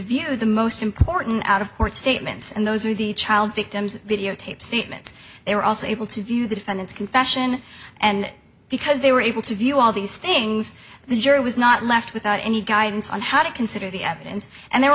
view the most important out of court statements and those are the child victims videotape statements they were also able to view the defendant's confession and because they were able to view all these things the jury was not left without any guidance on how to consider the evidence and they're